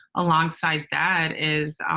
alongside that is,